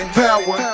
power